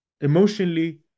emotionally